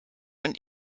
und